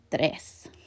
tres